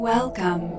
Welcome